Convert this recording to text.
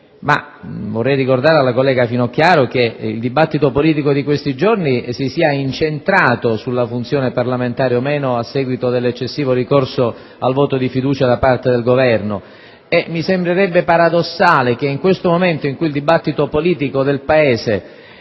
ma vorrei ricordare alla collega che il dibattito politico di questi giorni si è incentrato sulla funzione parlamentare o meno a seguito dell'eccessivo ricorso al voto di fiducia da parte del Governo e mi sembrerebbe paradossale, nel momento in cui il dibattito politico del Paese